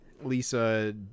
Lisa